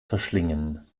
verschlingen